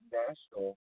national